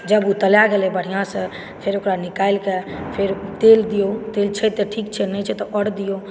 जब तला गेलै बढ़िऑं से फेर ओकरा निकालिकऽ फेर तेल दिऔ तेल छै तऽ ठीक छै नहि छै तऽ आओर दिऔ